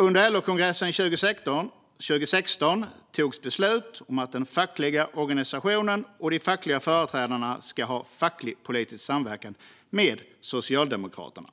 Under LO-kongressen 2016 togs beslut om att den fackliga organisationen och de fackliga företrädarna ska ha facklig-politisk samverkan med Socialdemokraterna.